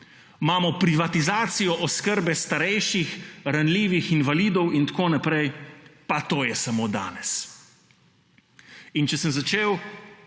imamo privatizacijo oskrbe starejših, ranljivih, invalidov in tako naprej - pa to je samo danes. In če sem začel,